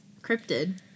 cryptid